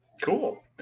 cool